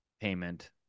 payment